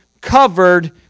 covered